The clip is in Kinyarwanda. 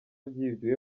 byibwe